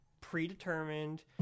predetermined